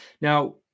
now